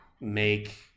make